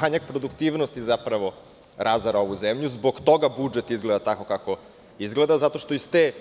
Manjak produktivnosti zapravo razara ovu zemlju i zbog toga budžet izgleda tako kako izgleda, zato što iz te